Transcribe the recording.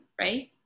right